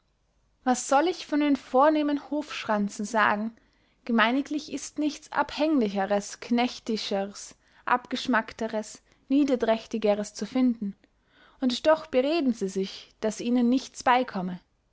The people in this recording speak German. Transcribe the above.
was soll ich von den vornehmen hofschranzen sagen gemeiniglich ist nichts abhänglichers knechtischers abgeschmackteres niederträchtigeres zu finden und doch bereden sie sich daß ihnen nichts beykomme